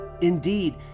Indeed